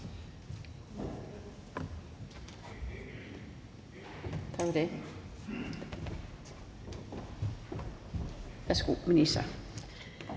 Tak